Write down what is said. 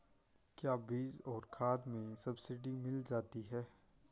क्या बीज और खाद में सब्सिडी मिल जाती है?